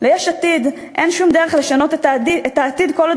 ליש עתיד אין שום דרך לשנות את העתיד כל עוד